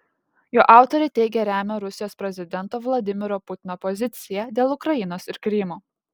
jo autoriai teigia remią rusijos prezidento vladimiro putino poziciją dėl ukrainos ir krymo